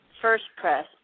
first-press